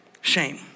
shame